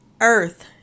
earth